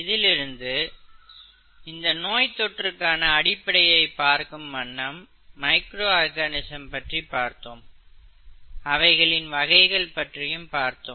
இதிலிருந்து இந்த நோய்த் தொற்றுக்கான அடிப்படையை பார்க்கும் வண்ணம் மைக்ரோ ஆர்கனிசம் பற்றி பார்த்தோம் அவைகளின் வகைகள் பற்றியும் பார்த்தோம்